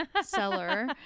seller